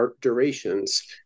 durations